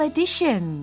Edition